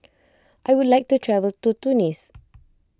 I would like to travel to Tunis